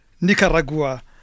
Nicaragua